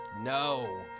No